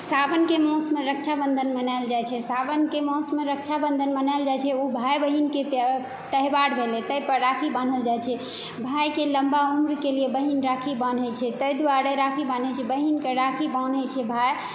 सावनके मासमे रक्षा बन्धन मनायल जाइ छै सावनके मासमे रक्षा बन्धन मनायल जाइ छै ओ भाइ बहिनके त्यौहार भेलै ताहि पर राखी बान्हल जाइ छै भाइके लम्बा उम्रके लिए बहीन राखी बान्है छै ताहि दुआरे राखी बान्है छै बहीनके राखी बान्है छै भाइ